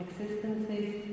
existences